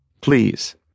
please